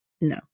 No